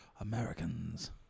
Americans